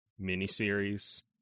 miniseries